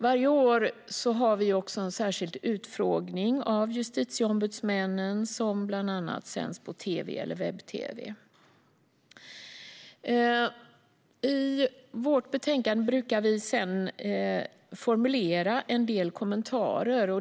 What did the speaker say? Varje år håller utskottet en särskild utfrågning av justitieombudsmännen, som bland annat sänds på tv eller webb-tv. I vårt betänkande brukar vi sedan formulera en del kommentarer.